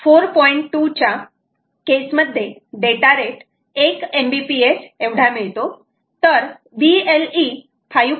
2 च्या केस मध्ये data rate 1 MBPS एवढा मिळतो तर BLE 5